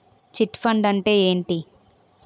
Chit fund అంటే ఏంటి?